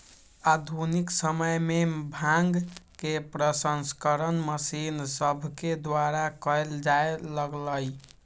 आधुनिक समय में भांग के प्रसंस्करण मशीन सभके द्वारा कएल जाय लगलइ